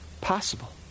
possible